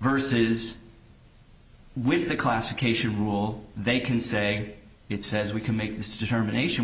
verses with the classification rule they can say it says we can make this determination